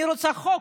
אני רוצה חוק.